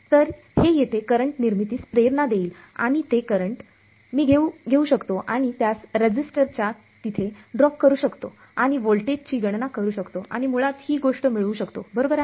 तर हे येथे करंट निर्मितीस प्रेरणा देईल आणि ते करंट मी घेऊ शकतो आणि त्यास रेझिस्टरच्या तिथे ड्रॉप करू शकतो आणि व्होल्टेजची गणना करू शकतो आणि मुळात ही गोष्ट मिळवू शकतो बरोबर आहे